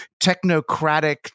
technocratic